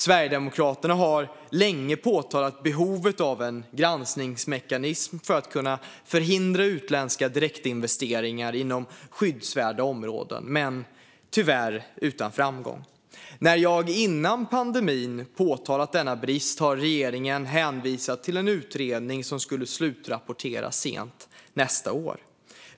Sverigedemokraterna har länge, tyvärr utan framgång, påpekat behovet av en granskningsmekanism för att kunna förhindra utländska direktinvesteringar inom skyddsvärda områden. När jag före pandemin påtalat denna brist har regeringen hänvisat till en utredning som skulle slutrapporteras sent nästa år.